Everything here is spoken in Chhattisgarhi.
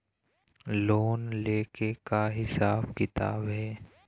लोन ले के का हिसाब किताब हे?